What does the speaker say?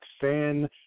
Fan